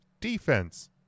defense